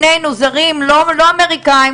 שנינו זרים לא אמריקאים,